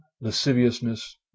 lasciviousness